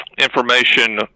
information